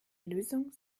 lösung